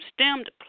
stemmed